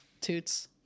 toots